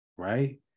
right